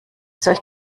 solch